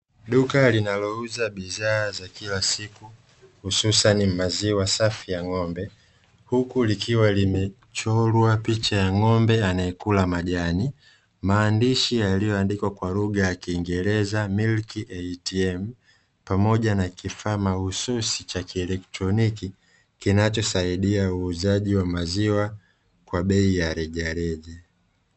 Duka linalouza bidhaa za kila siku hususani maziwa safi ya ng'ombe, huku likiwa limechorwa picha ya ng'ombe anayekula majani , maandishi yaliyoandikwa kwa lugha ya kiingereza "milk atm", pamoja na kifaa mahususi cha kieletroniki, kinachosaidia uuzaji wa maziwa kwa bei ya rejareja.